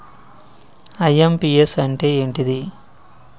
IMPS అంటే ఏంటిది?